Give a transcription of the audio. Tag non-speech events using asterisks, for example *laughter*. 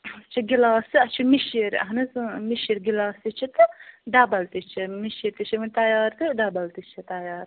*unintelligible* چھِ گِلاس تہٕ اسہِ چھِ مِشِرۍ اہن حظ اۭں مِشِرۍ گِلاس تہِ چھِ ڈَبل تہِ چھِ مِشِرۍ تہِ چھِ وۄنۍ تَیار تہٕ ڈَبل تہِ چھِ تَیار